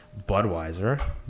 Budweiser